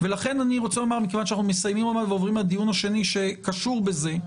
מכיוון שאנחנו מסיימים עוד מעט ועוברים לדיון השני שקשור בזה,